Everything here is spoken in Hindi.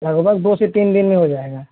लगभग दो से तीन दिन में हो जाएगा